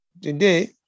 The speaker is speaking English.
today